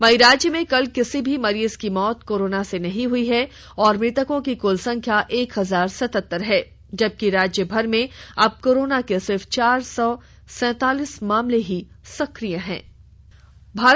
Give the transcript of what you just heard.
वहीं राज्य में कल किसी भी मरीज की मौत कोरोना से नहीं हुई है और मृतकों की कुल संख्या एक हजार सतहतर है जबकि राज्यभर में अब कोरोना के सिर्फ चार सौ सौंतालीस मामले ही सक्रिय रह गये हैं